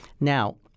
Now